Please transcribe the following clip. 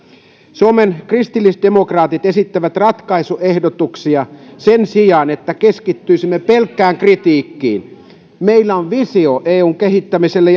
suomen kristillisdemokraatit esittävät ratkaisuehdotuksia sen sijaan että keskittyisimme pelkkään kritiikkiin meillä on visio eun kehittämiselle